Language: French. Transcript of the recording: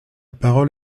parole